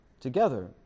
together